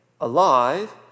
alive